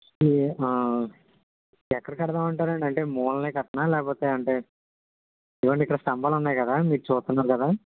ఎక్కడ కడదాము అంటారండి అంటే మూలనే కట్టనా లేకపోతే అంటే ఇదిగోండి ఇక్కడ స్తంభాలు ఉన్నాయి కదా మీరు చూస్తున్నారు కదా